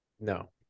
No